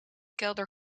kelder